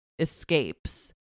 escapes